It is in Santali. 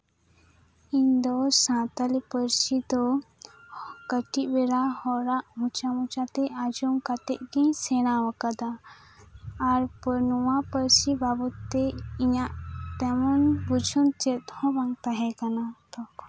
ᱤᱧ ᱫᱚ ᱥᱟᱶᱛᱟᱞᱤ ᱯᱟᱹᱨᱥᱤ ᱫᱚ ᱠᱟᱹᱴᱤᱡ ᱵᱮᱲᱟ ᱦᱚᱲᱟᱜ ᱢᱚᱪᱟ ᱢᱚᱪᱟᱛᱮ ᱟᱸᱡᱚᱢ ᱠᱟᱛᱮᱜ ᱜᱤᱧ ᱥᱮᱲᱟᱣᱟᱠᱟᱫᱟ ᱟᱨ ᱱᱚᱣᱟ ᱯᱟᱹᱨᱥᱤ ᱵᱟᱵᱚᱫ ᱛᱮ ᱤᱧᱟᱹᱜ ᱛᱮᱢᱚᱱ ᱵᱩᱡᱩᱱ ᱪᱮᱫ ᱦᱚᱸ ᱵᱟᱝ ᱛᱟᱦᱮᱸ ᱠᱟᱱᱟ ᱛᱚᱠᱷᱚᱱ